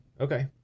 Okay